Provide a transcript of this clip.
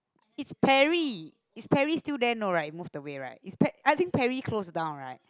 it's Perry is Perry still there no right it moved away right is Pe~ I think Perry closed down right